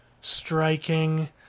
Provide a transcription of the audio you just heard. striking